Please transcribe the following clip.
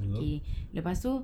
okay lepas tu